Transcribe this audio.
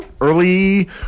early